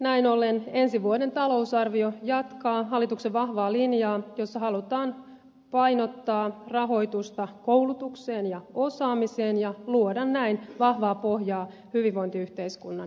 näin ollen ensi vuoden talousarvio jatkaa hallituksen vahvaa linjaa jossa halutaan painottaa rahoitusta koulutukseen ja osaamiseen ja luoda näin vahvaa pohjaa hyvinvointiyhteiskunnan rakentamiseen